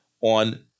on